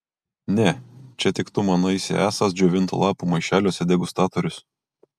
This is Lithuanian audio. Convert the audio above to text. ne čia tik tu manaisi esąs džiovintų lapų maišeliuose degustatorius